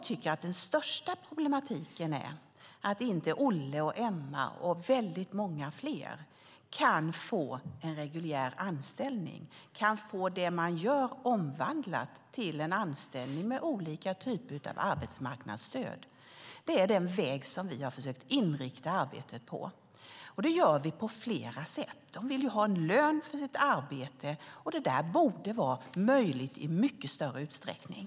Det största problemet är att Olle, Emma och många fler inte kan få en reguljär anställning och få det de gör omvandlat till en anställning med olika typer av arbetsmarknadsstöd. Det är dock denna väg vi har försökt inrikta arbetet på, och vi gör det på flera sätt. De vill ju ha en lön för sitt arbete, och det borde vara möjligt i mycket större utsträckning.